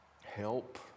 help